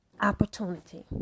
Opportunity